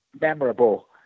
memorable